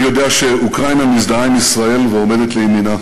אני יודע שאוקראינה מזדהה עם ישראל ועומדת לימינה,